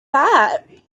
that